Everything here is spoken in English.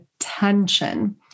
attention